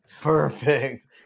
perfect